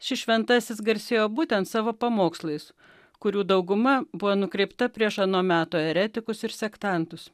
šis šventasis garsėjo būtent savo pamokslais kurių dauguma buvo nukreipta prieš ano meto eretikus ir sektantus